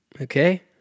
Okay